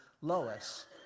Lois